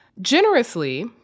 Generously